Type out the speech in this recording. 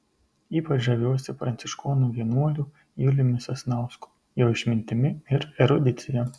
ypač žaviuosi pranciškonų vienuoliu juliumi sasnausku jo išmintimi ir erudicija